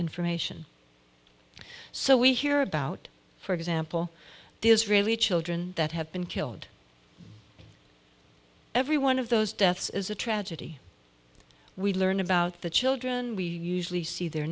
information so we hear about for example the israeli children that have been killed every one of those deaths is a tragedy we learn about the children we usually see their